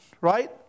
right